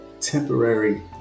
temporary